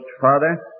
father